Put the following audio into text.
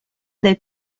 del